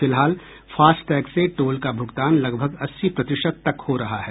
फिलहाल फास्टैग से टोल का भुगतान लगभग अस्सी प्रतिशत तक हो रहा है